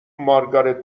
مارگارت